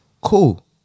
cool